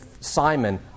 Simon